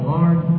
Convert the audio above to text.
Lord